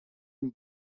een